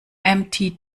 empty